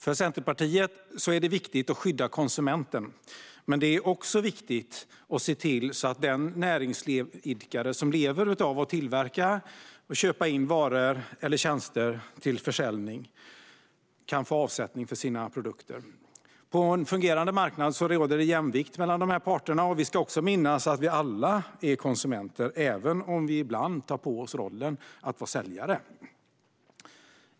För Centerpartiet är det viktigt att skydda konsumenten, men det är också viktigt att se till att den näringsidkare som lever av att tillverka eller köpa in varor eller tjänster till försäljning kan få avsättning för sina produkter. På en fungerande marknad råder det jämvikt mellan dessa parter. Vi ska också minnas att vi alla är konsumenter, även om vi ibland tar på oss rollen som säljare.